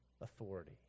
authority